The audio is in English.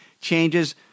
changes